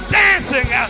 dancing